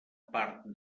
parc